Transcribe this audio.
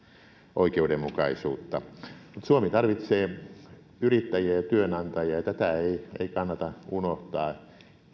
oikeudenmukaisuutta suomi tarvitsee yrittäjiä ja työnantajia ja tätä ei kannata unohtaa